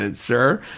and sir.